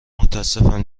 متاسفم